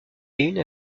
une